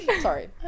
Sorry